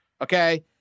okay